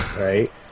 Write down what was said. Right